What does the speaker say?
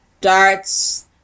darts